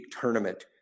tournament